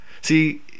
See